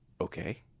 Okay